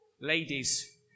ladies